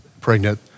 pregnant